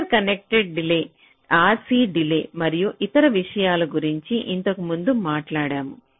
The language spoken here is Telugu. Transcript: ఇంటర్కనెక్ట్ డిలే RC డిలే మరియు ఇతర విషయాల గురించి ఇంతకుముందు మాట్లాడాము